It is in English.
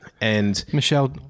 Michelle